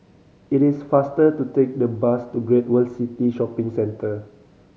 it is faster to take the bus to Great World City Shopping Centre